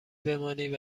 بمانید